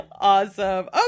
awesome